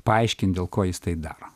paaiškint dėl ko jis tai daro